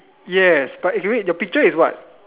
yes but what eh wait your picture is what